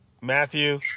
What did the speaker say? Matthew